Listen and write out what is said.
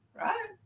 right